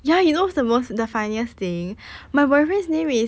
ya you know what's the most the funniest thing my boyfriend's name is